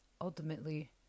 ultimately